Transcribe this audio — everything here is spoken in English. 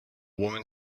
woman